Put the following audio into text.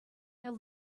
now